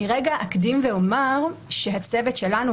אני אקדים ואומר שהצוות שלנו,